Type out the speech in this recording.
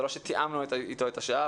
זה לא שתיאמנו אתו את השעה,